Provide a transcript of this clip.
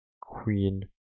Queen